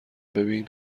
ببین